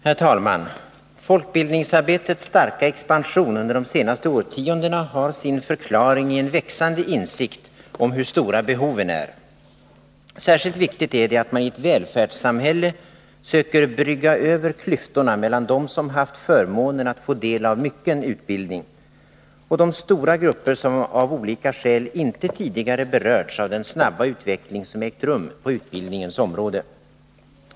Herr talman! Folkbildningsarbetets starka expansion under de senaste årtiondena har sin förklaring i en växande insikt om hur stora behoven är. Särskilt viktigt är det att man i ett välfärdssamhälle söker brygga över klyftorna mellan dem som haft förmånen att få del av mycken utbildning och de stora grupper som av olika skäl inte tidigare berörts av den snabba utveckling som ägt rum på utbildningens område.